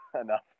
enough